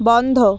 বন্ধ